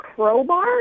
Crowbar